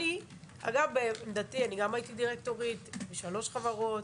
אני גם הייתי דירקטורית, בשלוש חברות.